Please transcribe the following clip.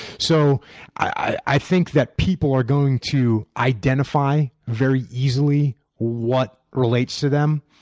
so i think that people are going to identify very easily what relates to them.